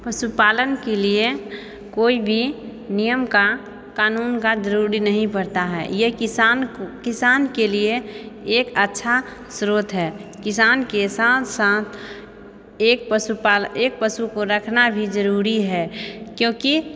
पशुपालनके लिए कोई भी नियम का कानून का जरूरी नहीं पड़ता है ये किसान को किसान के लिए एक अच्छा स्रोत है किसान के साथ साथ एक पशुपालन पशु को रखना भी जरूरी है क्योंकि